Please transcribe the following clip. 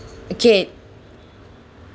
okay